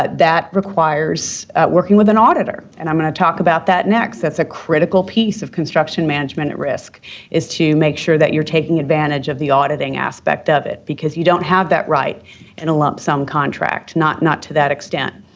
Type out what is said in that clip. that that requires working with an auditor, and i'm going to talk about that next. that's a critical piece of construction management at risk is to make sure that you're taking advantage of the auditing aspect of it because you don't have that right in a lump sum contract not not to that extent.